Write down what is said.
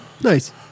Nice